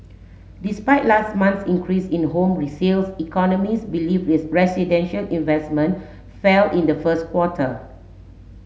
despite last month's increase in home resales economist believe is residential investment fell in the first quarter